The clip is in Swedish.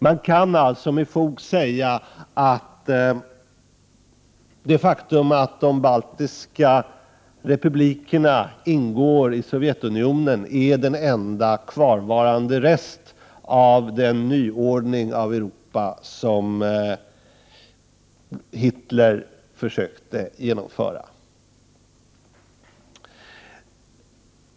Man kan alltså med fog säga att det faktum att de baltiska republikerna ingår i Sovjetunionen är den enda kvarvarande resten av den nyordning av Europa som Hitler försökte införa.